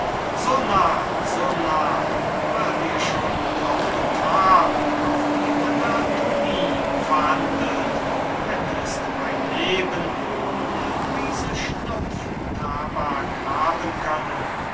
so nah so nah war dir schon mit haut und haar auf die anatomie verhandelt hättest mein leben um'n prise schnupftaback haben können